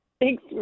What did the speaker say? Thanks